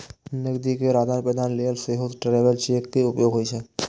नकदी केर आदान प्रदान लेल सेहो ट्रैवलर्स चेक के उपयोग होइ छै